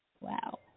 wow